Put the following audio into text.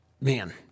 Man